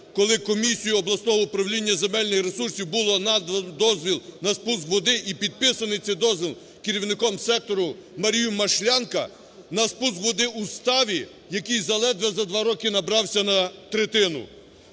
коли комісією обласного управління земельних ресурсів було наданий дозвіл на спуск води, і підписаний цей дозвіл керівником сектору Марією Машлянка на спуск води у ставі, який заледве за два роки набрався на третину.